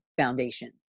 foundation